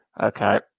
Okay